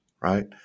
right